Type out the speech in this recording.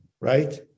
right